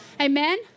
Amen